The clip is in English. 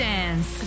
Dance